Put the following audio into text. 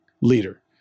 leader